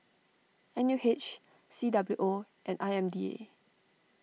N U H C W O and I M D A